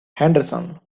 henderson